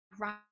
right